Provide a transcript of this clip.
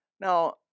Now